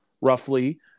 roughly